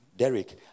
Derek